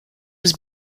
was